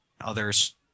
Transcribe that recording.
others